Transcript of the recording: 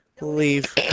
leave